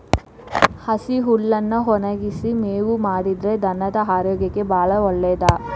ಹಸಿ ಹುಲ್ಲನ್ನಾ ಒಣಗಿಸಿ ಮೇವು ಮಾಡಿದ್ರ ಧನದ ಆರೋಗ್ಯಕ್ಕೆ ಬಾಳ ಒಳ್ಳೇದ